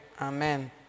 Amen